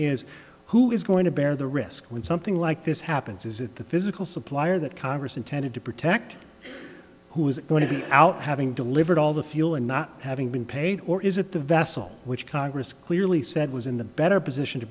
is who is going to bear the risk when something like this happens is that the physical supplier that congress intended to protect who is going to be out having delivered all the fuel and not having been paid or is it the vessel which congress clearly said was in the better position to